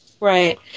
Right